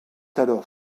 alors